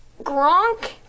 Gronk